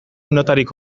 notarik